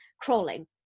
crawling